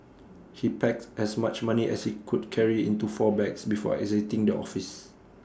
he packed as much money as he could carry into four bags before exiting the office